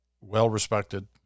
well-respected